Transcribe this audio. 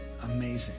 amazing